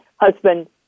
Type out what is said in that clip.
husband